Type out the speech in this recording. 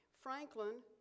Franklin